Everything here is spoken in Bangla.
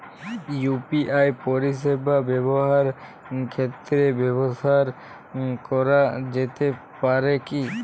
ইউ.পি.আই পরিষেবা ব্যবসার ক্ষেত্রে ব্যবহার করা যেতে পারে কি?